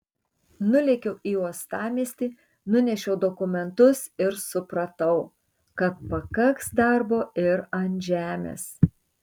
nulėkiau į uostamiestį nunešiau dokumentus ir supratau kad pakaks darbo ir ant žemės